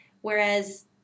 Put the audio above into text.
Whereas